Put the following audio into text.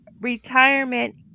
Retirement